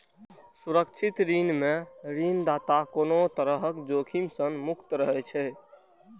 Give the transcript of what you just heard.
सुरक्षित ऋण मे ऋणदाता कोनो तरहक जोखिम सं मुक्त रहै छै